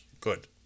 Good